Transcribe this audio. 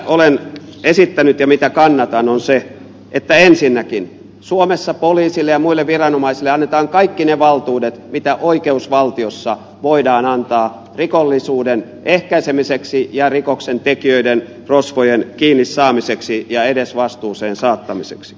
se mitä olen esittänyt ja mitä kannatan on se että ensinnäkin suomessa poliisille ja muille viranomaisille annetaan kaikki ne valtuudet mitä oikeusvaltiossa voidaan antaa rikollisuuden ehkäisemiseksi ja rikoksentekijöiden rosvojen kiinni saamiseksi ja edesvastuuseen saattamiseksi